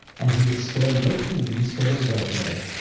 and he would spare no pains for their welfare.